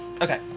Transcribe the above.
Okay